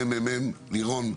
ממ"מ, לירן.